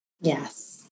Yes